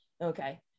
okay